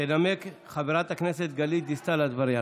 אני קובע שהצעת החוק לא עברה.